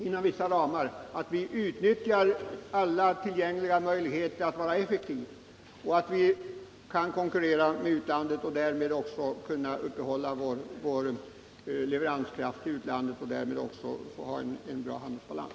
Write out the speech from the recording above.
inom vissa ramar, att vi utnyttjar alla tillgängliga möjligheter att vara effektiva, så att vi kan konkurrera med utlandet och därmed också kan uppehålla vår leveranskraft när det gäller utlandet och ha en bra handelsbalans.